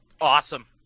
Awesome